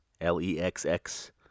L-E-X-X